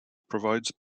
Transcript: provides